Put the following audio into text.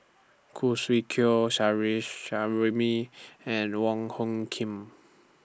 Khoo Swee Chiow and Wong Hung Khim